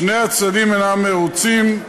שני הצדדים אינם מרוצים,